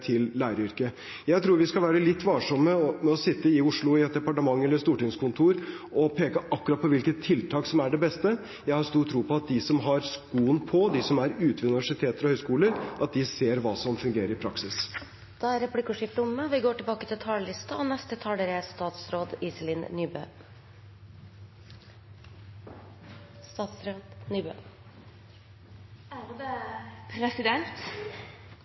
til læreryrket. Jeg tror vi skal være litt varsomme med å sitte i Oslo i et departement eller stortingskontor og peke på akkurat hvilket tiltak som er det beste. Jeg har stor tro på at de som har skoen på, de som er ute ved universiteter og høyskoler, ser hva som fungerer i praksis. Replikkordskiftet er omme. Regjeringen arbeider kontinuerlig for å sikre at norske skoler har tilstrekkelig mange og gode lærere i alle fag og